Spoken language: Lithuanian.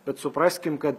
bet supraskim kad